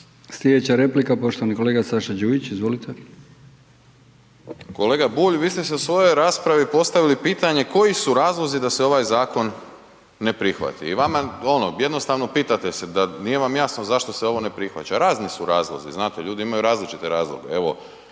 Slijedeća replika, poštovani kolega Saša Đujić, izvolite. **Đujić, Saša (SDP)** Kolega Bulj, vi ste si u svojoj raspravi postavili pitanje koji su razlozi da se ovaj zakon ne prihvati i vama ono jednostavno pitate se, nije vam jasno da zašto se ovo ne prihvaća. Razni su razlozi znate, ljudi imaju različite razloge.